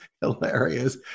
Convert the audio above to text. hilarious